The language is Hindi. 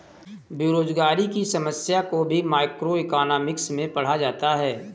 बेरोजगारी की समस्या को भी मैक्रोइकॉनॉमिक्स में ही पढ़ा जाता है